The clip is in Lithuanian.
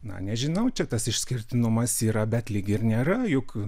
na nežinau čia tas išskirtinumas yra bet lyg ir nėra juk